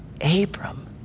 Abram